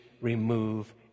remove